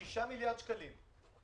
שנים היינו יחד בקואליציה בירושלים.